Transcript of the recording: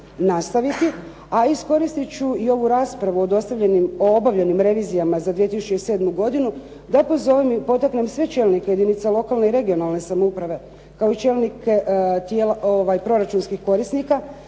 nastaviti, a iskoristit ću i ovu raspravu o obavljenim revizijama za 2007. godinu da pozovem i potaknem sve čelnike jedinica lokalne i regionalne samouprave, kao i čelnike proračunskih korisnika,